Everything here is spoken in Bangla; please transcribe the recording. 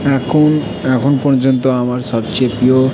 এখন এখন পর্যন্ত আমার সবচেয়ে প্রিয়